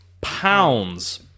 pounds